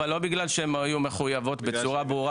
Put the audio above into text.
אבל לא בגלל שהן היו מחויבות בצורה ברורה